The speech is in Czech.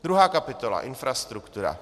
Druhá kapitola infrastruktura.